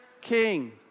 king